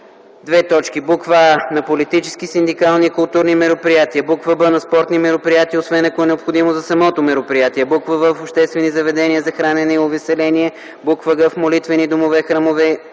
и боеприпаси: а) на политически, синдикални и културни мероприятия; б) на спортни мероприятия, освен ако е необходимо за самото мероприятие; в) в обществени заведения за хранене и увеселение; г) в молитвени домове, храмове